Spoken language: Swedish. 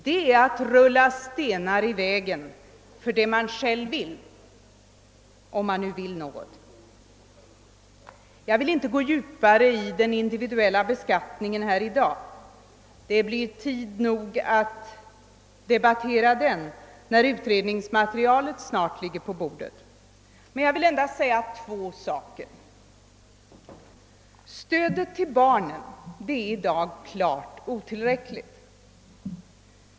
Det är att rulla stenar i vägen för det som man själv vill åstadkomma — om man nu vill åstadkomma något. Jag skall inte ta upp något djupare resonemang om den individuella be skattningen i dag — det blir tid att debattera den när utredningsmaterialet snart ligger på riksdagens bord — utan skall endast nämna två ting. Stödet till barnfamiljerna är i dag klart otillräckligt.